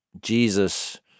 Jesus